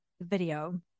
video